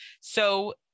So-